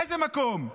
באיזה מקום?